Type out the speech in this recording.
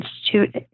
institute